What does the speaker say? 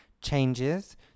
changes